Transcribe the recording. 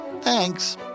thanks